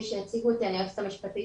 כפי שהציגו אותי אני היועצת המשפטית